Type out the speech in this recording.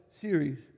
series